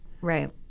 Right